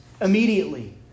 immediately